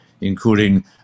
including